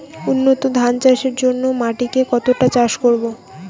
উন্নত ধান চাষের জন্য মাটিকে কতটা চাষ করব?